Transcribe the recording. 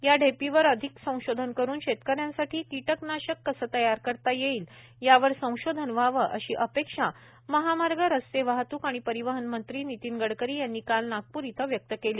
या ढेपीवर अधिक संशोधन करून शेतकाऱ्यांसाठी कीटकनाशक कसं तयार करता येईल यावर संशोधन व्हावंअशी अपेक्षा महामार्ग रस्ते वाहत्क आणि परिवहन मंत्री नितीन गडकरी यांनी काल नागपूर इथं व्यक्त केली